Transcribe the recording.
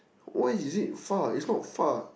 why is it far it's not far